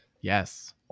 Yes